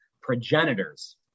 progenitors